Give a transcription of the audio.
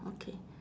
okay